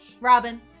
Robin